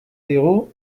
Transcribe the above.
digu